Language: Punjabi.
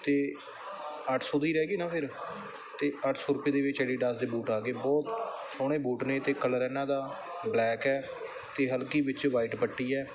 ਅਤੇ ਅੱਠ ਸੌ ਦੇ ਹੀ ਰਹਿ ਗਏ ਨਾ ਫਿਰ ਅਤੇ ਅੱਠ ਸੌ ਰੁਪਏ ਦੇ ਵਿੱਚ ਐਡੀਡਾਸ ਦੇ ਬੂਟ ਆ ਗਏ ਬਹੁਤ ਸੋਹਣੇ ਬੂਟ ਨੇ ਅਤੇ ਕਲਰ ਇਹਨਾਂ ਦਾ ਬਲੈਕ ਹੈ ਅਤੇ ਹਲਕੀ ਵਿੱਚ ਵਾਈਟ ਪੱਟੀ ਹੈ